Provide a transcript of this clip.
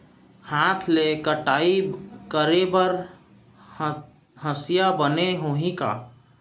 हाथ ले कटाई करे बर हसिया बने होही का?